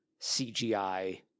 CGI